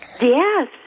Yes